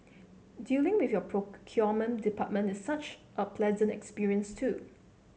dealing with your procurement department is such a pleasant experience too